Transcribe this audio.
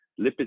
lipid